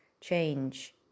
change